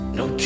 no